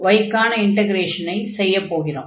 y க்கான இன்டக்ரேஷனை செய்யப் போகிறோம்